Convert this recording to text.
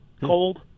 cold